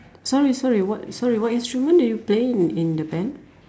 sorry sorry what sorry what instrument do you play in in the band